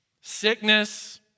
Sickness